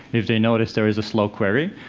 if they notice there is a slow query,